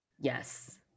Yes